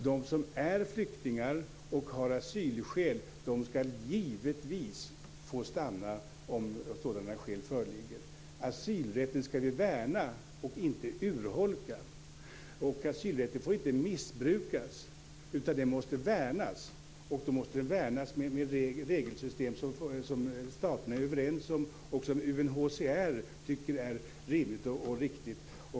De som är flyktingar och har asylskäl skall givetvis få stanna. Asylrätten skall värnas, inte urholkas. Asylrätten får inte missbrukas. Den måste värnas. Den måste värnas med regelsystem som staterna är överens om och som UNHCR tycker är rimligt och riktigt.